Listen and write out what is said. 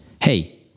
hey